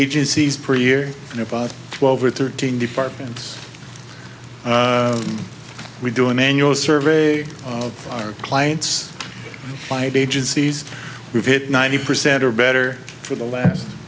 agencies per year in about twelve or thirteen departments we do an annual survey of our clients fight agencies we've hit ninety percent or better for the last